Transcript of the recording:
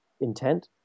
intent